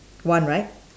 one right